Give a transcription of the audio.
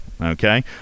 Okay